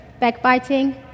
backbiting